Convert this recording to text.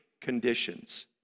conditions